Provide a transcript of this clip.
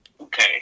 Okay